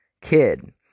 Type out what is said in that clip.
kid